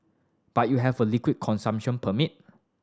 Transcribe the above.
but you have a liquor consumption permit